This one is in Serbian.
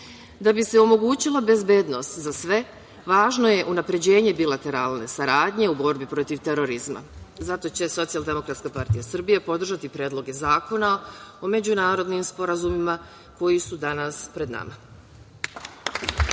Da bi se omogućila bezbednost za sve, važno je unapređenje bilateralne saradnje u borbi protiv terorizma. Zato će SDPS podržati predloge zakona o međunarodnim sporazumima koji su danas pred nama.